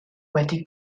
wedi